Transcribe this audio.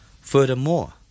Furthermore